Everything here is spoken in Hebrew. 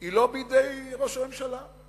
היא לא בידי ראש הממשלה,